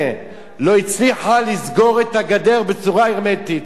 לא הצליחה לסגור את הגדר בצורה הרמטית,